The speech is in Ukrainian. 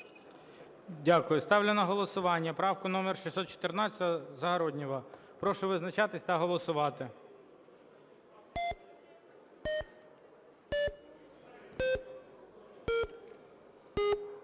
Дякую. Ставлю на голосування правку номер 614 Загороднього. Прошу визначатись та голосувати.